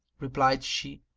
replied she,